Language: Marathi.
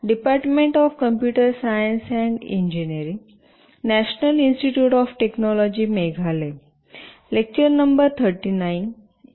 लेक्चर 39